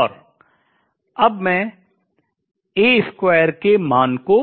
और अब मैं A square के मान को